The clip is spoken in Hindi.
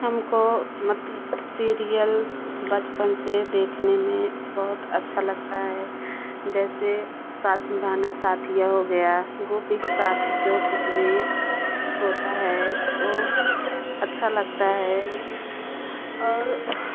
हमको मतलब सीरियल बचपन से देखने में बहुत अच्छा लगता है जैसे साथ निभाना साथिया हो गया गोपी के साथ जो कुछ भी होता है वो अच्छा लगता है और